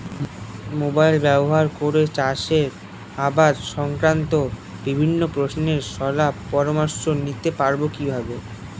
Mobile ব্যাবহার করে চাষের আবাদ সংক্রান্ত বিভিন্ন প্রশ্নের শলা পরামর্শ নিতে পারবো কিভাবে?